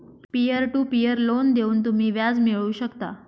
peer to peer loan देऊन तुम्ही व्याज मिळवू शकता